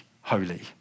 holy